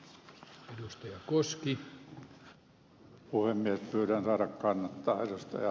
pyydän saada kannattaa ed